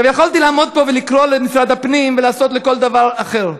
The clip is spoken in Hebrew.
יכולתי לעמוד פה ולקרוא למשרד הפנים ולעשות כל דבר אחר.